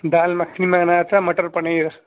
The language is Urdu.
دال مکھنی منگایا تھا مٹر پنیر